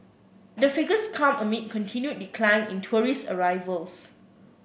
the figures come amid continued decline in tourist arrivals